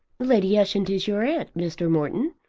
lady ushant is your aunt, mr. morton,